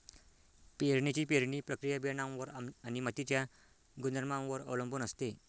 पेरणीची पेरणी प्रक्रिया बियाणांवर आणि मातीच्या गुणधर्मांवर अवलंबून असते